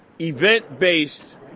event-based